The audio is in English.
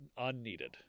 unneeded